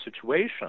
situation